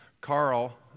Carl